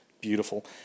beautiful